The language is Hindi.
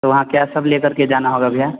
तो वहाँ क्या सब लेकर के जाना होगा भैया